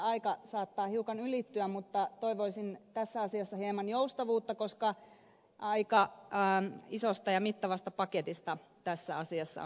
aika saattaa hiukan ylittyä mutta toivoisin tässä asiassa hieman joustavuutta koska aika isosta ja mittavasta paketista tässä asiassa on kyse